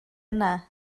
yna